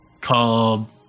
called